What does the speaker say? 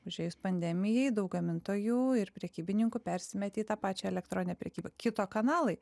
užėjus pandemijai daug gamintojų ir prekybininkų persimetė į tą pačią elektroninę prekybą kito kanalai